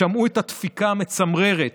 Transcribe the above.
שמעו את הדפיקה המצמררת,